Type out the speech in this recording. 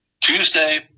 Tuesday